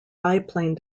biplane